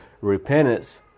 repentance